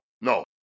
no